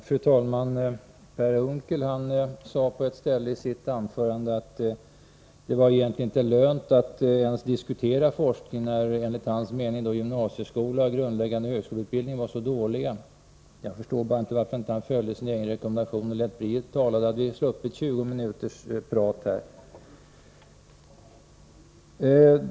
Fru talman! Per Unckel sade på ett ställe i sitt anförande att det inte var lönt att ens diskutera forskning när enligt hans mening gymnasieskola och grundläggande högskoleutbildning var så dåliga. Jag förstår inte varför han inte följde sin rekommendation och lät bli att tala — då hade vi sluppit 20 minuters prat här.